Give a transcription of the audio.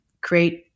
create